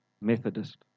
Methodist